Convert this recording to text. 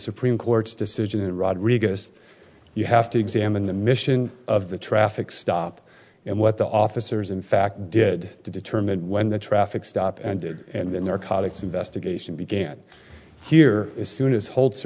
supreme court's decision in rodriguez you have to examine the mission of the traffic stop and what the officers in fact did to determine when the traffic stop and then their colleagues investigation began here is soon as holds